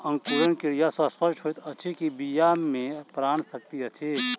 अंकुरण क्रिया सॅ स्पष्ट होइत अछि जे बीया मे प्राण शक्ति अछि